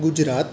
Gujarat